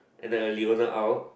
and a Leona Aw